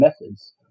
methods